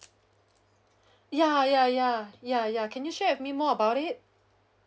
ya ya ya ya ya can you share with me more about it